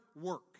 work